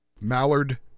Mallard